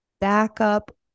backup